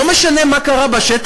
לא משנה מה קרה בשטח,